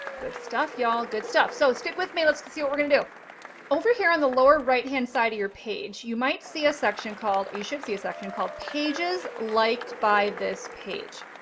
good stuff y'all. good stuff. so stick with me. let's see what we're going to do over here. on the lower right hand side of your page, you might see a section called you should see a section called pages liked by this page.